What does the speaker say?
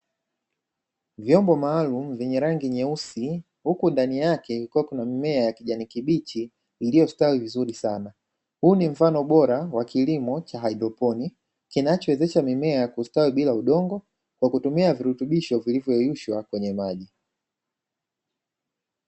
Vyombo maalumu vyenye rangi nyeusi huku ndani yake kukiwa kuna mimea ya kijani kibichi iliyostawi vizuri sana, huu ni mfano bora wa kilimo cha haidroponi kinawezesha mimea kustawi bila udongo kwa kutumia virutubisho vilivyoyeyushwa kwenye maji.